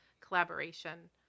collaboration